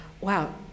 wow